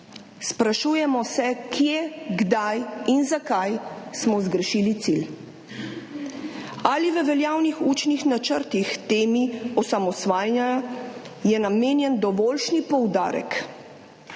Sprašujemo se, kje, kdaj in zakaj smo zgrešili cilj. Ali je v veljavnih učnih načrtih temi osamosvajanja namenjen dovoljšen poudarek?